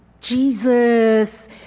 Jesus